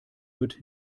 wird